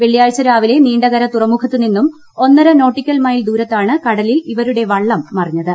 വെള്ളിയാഴ്ച രാവിലെ നീണ്ടകര തുറമുഖത്തു നിന്നും ഒന്നര നോട്ടിക്കൽ മൈൽ ദൂരത്താണ് കടലിൽ ഇവരുടെ വള്ളം മറിഞ്ഞത്